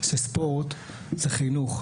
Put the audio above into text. היא שספורט הוא חינוך.